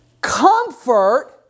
Comfort